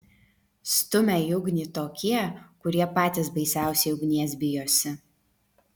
stumia į ugnį tokie kurie patys baisiausiai ugnies bijosi